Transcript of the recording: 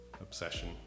obsession